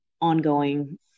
ongoing